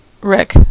Rick